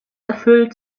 erfüllt